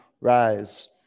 rise